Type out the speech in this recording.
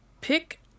Pick